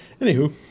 Anywho